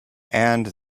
and